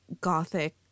gothic